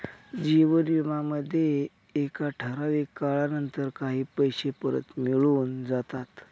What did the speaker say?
जीवन विमा मध्ये एका ठराविक काळानंतर काही पैसे परत मिळून जाता